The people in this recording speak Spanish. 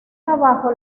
abajo